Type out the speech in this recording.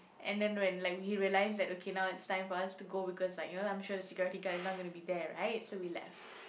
and then when like we realised that okay now it's time for us to go because like you know I'm sure the security guard is not going to be there right so we left